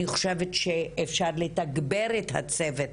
אני חושבת שאפשר לתגבר את הצוות,